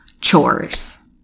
chores